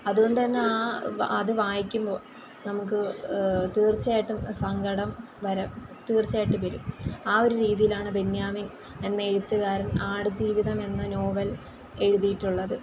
അതുകൊണ്ടുതന്നെ ആ അത് വായിക്കുമ്പോൾ നമുക്ക് തീർച്ചയായിട്ടും സങ്കടം വരും തീർച്ചയായിട്ടും വരും ആ ഒരു രീതിയിലാണ് ബെന്യാമിൻ എന്ന എഴുത്തുകാരൻ ആടുജീവിതം എന്ന നോവൽ എഴുതിയിട്ടുള്ളത്